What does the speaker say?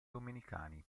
domenicani